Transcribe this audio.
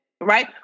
right